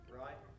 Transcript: right